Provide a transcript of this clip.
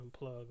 unplug